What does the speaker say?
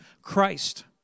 Christ